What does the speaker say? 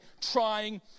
trying